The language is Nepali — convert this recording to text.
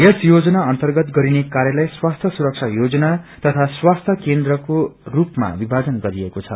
यस योजना अर्न्तगत गरिने कार्यलाई स्वास्थ्य सुरक्षा योजना तथा स्वास्थ्य केन्द्रको स्पमा विमाजन गरिएको छ